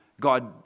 God